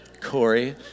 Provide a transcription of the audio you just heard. Corey